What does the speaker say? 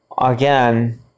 again